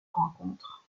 rencontre